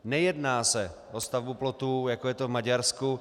Nejedná se o stavbu plotu, jako je to v Maďarsku.